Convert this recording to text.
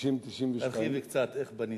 1990 1992. תרחיב קצת, איך בניתם.